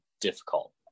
difficult